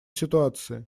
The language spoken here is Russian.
ситуации